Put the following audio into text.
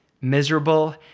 miserable